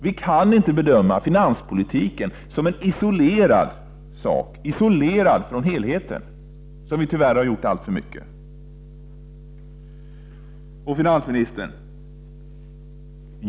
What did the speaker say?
Vi kan inte bedöma finanspolitiken isolerad från helheten, som man tyvärr alltför mycket har gjort. Finansministern!